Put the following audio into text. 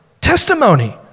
testimony